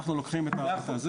אנחנו לוקחים את הדף הזה